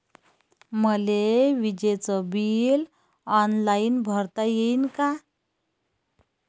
मले विजेच bill online भरता येईन का?